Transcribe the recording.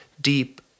deep